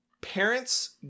Parents